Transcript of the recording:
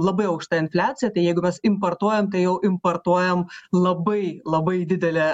labai aukšta infliacija tai jeigu mes importuojam tai jau importuojam labai labai didelę